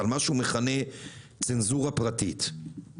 על מה שהוא מכנה צנזורה עצמית.